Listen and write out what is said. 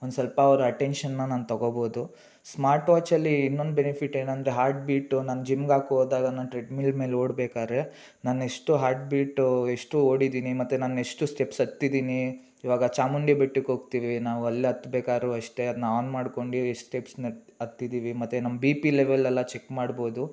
ಒಂದು ಸ್ವಲ್ಪ ಅವ್ರ ಅಟೆನ್ಷನ್ನ ನಾನು ತೊಗೋಬೋದು ಸ್ಮಾರ್ಟ್ ವಾಚಲ್ಲಿ ಇನ್ನೊಂದು ಬೆನಿಫಿಟ್ ಏನಂದರೆ ಹಾರ್ಟ್ ಬೀಟು ನಾನು ಜಿಮ್ಗೆ ಹಾಕ್ಕೋ ಹೋದಾಗ ನಾನು ಟ್ರೆಡ್ಮಿಲ್ ಮೇಲೆ ಓಡ್ಬೇಕಾದ್ರೆ ನಾನೆಷ್ಟು ಹಾರ್ಟ್ ಬೀಟು ಎಷ್ಟು ಓಡಿದ್ದೀನಿ ಮತ್ತು ನಾನೆಷ್ಟು ಸ್ಟೆಪ್ಸ್ ಹತ್ತಿದಿನೀ ಇವಾಗ ಚಾಮುಂಡಿ ಬೆಟ್ಟಕ್ಕೆ ಹೋಗ್ತೀವಿ ನಾವು ಅಲ್ಲಿ ಹತ್ಬೇಕಾರು ಅಷ್ಟೇ ಅದನ್ನ ಆನ್ ಮಾಡ್ಕೊಂಡು ಸ್ಟೆಪ್ಸ್ನ ಹತ್ ಹತ್ತಿದೀವಿ ಮತ್ತು ನಮ್ಮ ಬಿ ಪಿ ಲೆವೆಲ್ಲೆಲ್ಲ ಚೆಕ್ ಮಾಡ್ಬೋದು